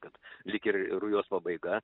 kad lyg ir rujos pabaiga